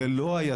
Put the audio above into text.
זה לא היזם.